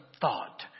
thought